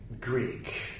Greek